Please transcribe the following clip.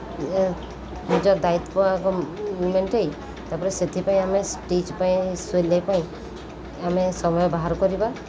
ନିଜ ଦାୟିତ୍ଵକୁ ମେଣ୍ଟାଇ ତା'ପରେ ସେଥିପାଇଁ ଆମେ ଷ୍ଟିଚ୍ ପାଇଁ ସିଲେଇ ପାଇଁ ଆମେ ସମୟ ବାହାର କରିବା